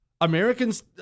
Americans